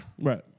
Right